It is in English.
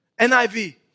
NIV